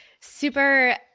super